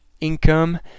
income